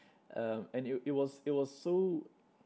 um and it it was it was so